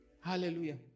Hallelujah